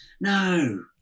no